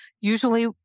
usually